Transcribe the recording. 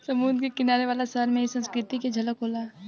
समुंद्र के किनारे वाला शहर में इ संस्कृति के झलक होला